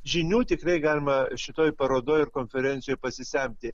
žinių tikrai galima šitoj parodoj ir konferencijoj pasisemti